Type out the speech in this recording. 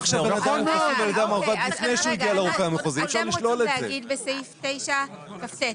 אתם רוצים להגיד בסעיף 9כט,